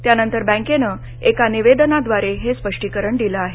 त्यानंतर बैंकेनं एका निवेदनाद्वारे हे स्पष्टीकरण दिलं आहे